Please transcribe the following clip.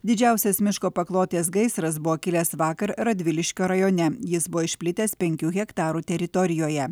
didžiausias miško paklotės gaisras buvo kilęs vakar radviliškio rajone jis buvo išplitęs penkių hektarų teritorijoje